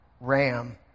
ram